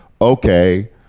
Okay